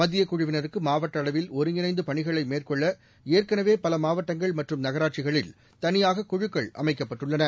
மத்திய குழுவினருக்கு மாவட்ட அளவில் ஒருங்கிணைந்து பணிகளை மேற்கொள்ள ஏற்கனவே பல மாவட்டங்கள் மற்றும் நகராட்சிகளில் தனியாக குழுக்கள் அமைக்கப்பட்டுள்ளன